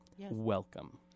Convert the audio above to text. welcome